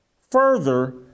Further